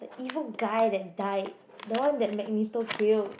evil guy that died the one that Magneto killed